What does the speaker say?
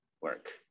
work